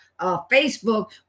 Facebook